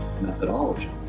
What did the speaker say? methodology